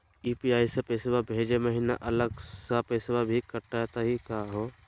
UPI स पैसवा भेजै महिना अलग स पैसवा भी कटतही का हो?